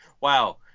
wow